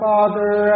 Father